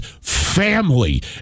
family